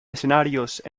escenarios